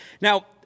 Now